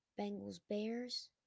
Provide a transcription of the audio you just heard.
Bengals-Bears